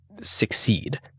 succeed